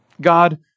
God